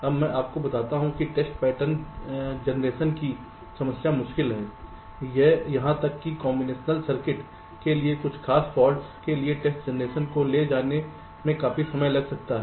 अब मैं आपको बताता हूं कि टेस्ट पैटर्न जनरेशन की समस्या मुश्किल है यहां तक कि कॉम्बिनेशन सर्किट के लिए कुछ खास फॉल्ट्स के लिए टेस्ट जनरेशन को ले जाने में काफी समय लग सकता है